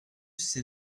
ces